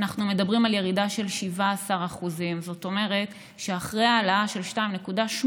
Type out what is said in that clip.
אנחנו מדברים על ירידה של 17%. זאת אומרת שאחרי העלאה של 2.8%,